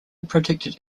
protected